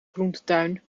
groentetuin